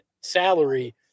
salary